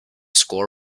score